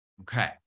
okay